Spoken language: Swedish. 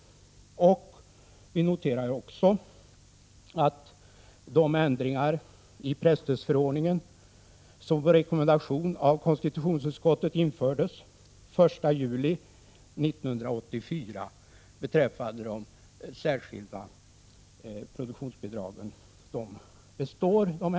Vi noterar också att de ändringar i presstödsförordningen beträffande de särskilda produktionsbidragen som på rekommendation av konstitutionsutskottet infördes den 1 juli 1984 består.